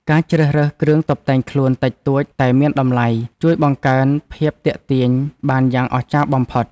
ការជ្រើសរើសគ្រឿងតុបតែងខ្លួនតិចតួចតែមានតម្លៃ ជួយបង្កើនភាពទាក់ទាញបានយ៉ាងអស្ចារ្យបំផុត។